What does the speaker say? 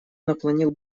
наклонил